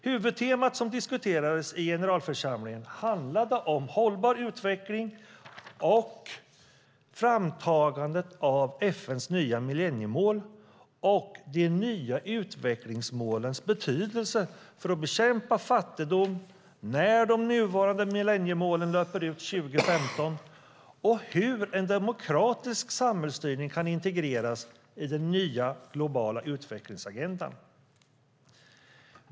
Huvudtemat som diskuterades i generalförsamlingen handlade om hållbar utveckling, framtagandet av FN:s nya millenniemål och de nya utvecklingsmålens betydelse för att bekämpa fattigdom när de nuvarande millenniemålen löper ut 2015 samt hur en demokratisk samhällsstyrning kan integreras i den nya globala utvecklingsagendan.